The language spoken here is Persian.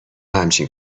همچین